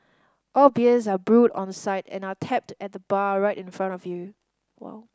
all beers are brewed on site and are tapped at the bar right in front of you